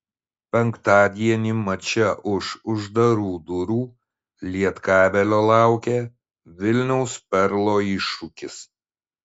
penktadienį mače už uždarų durų lietkabelio laukia vilniaus perlo iššūkis